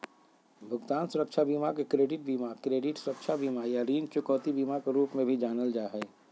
भुगतान सुरक्षा बीमा के क्रेडिट बीमा, क्रेडिट सुरक्षा बीमा, या ऋण चुकौती बीमा के रूप में भी जानल जा हई